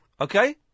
Okay